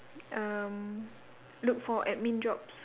um looked for admin jobs